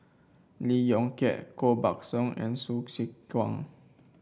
Lee Yong Kiat Koh Buck Song and Hsu Tse Kwang